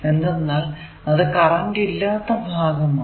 എന്തെന്നാൽ അത് കറന്റ് ഇല്ലാത്ത ഭാഗമാണ്